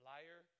Liar